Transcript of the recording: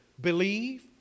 believe